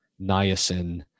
Niacin